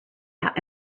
out